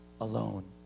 alone